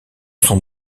sont